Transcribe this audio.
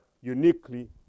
uniquely